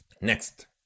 Next